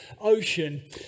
ocean